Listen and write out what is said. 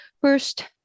first